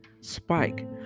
spike